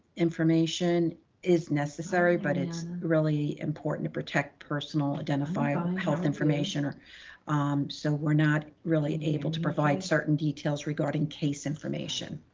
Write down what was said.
information is necessary, but it's really important to protect personal identifiable health information, um so we're not really able to provide certain details regarding case information.